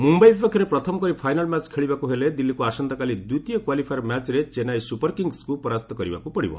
ମୁମ୍ବାଇ ବିପକ୍ଷରେ ପ୍ରଥମ କରି ଫାଇନାଲ ମ୍ୟାଚ ଖେଳିବାକୁ ହେଲେ ଦିଲ୍ଲୀକୁ ଆସନ୍ତାକାଲି ଦ୍ୱିତୀୟ କ୍ୱାଲିଫାୟାର ମ୍ୟାଚରେ ଚେନ୍ନାଇ ସୁପରକିଙ୍ଗ୍କୁ ପରାସ୍ତ କରିବାକୁ ପଡିବ